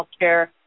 healthcare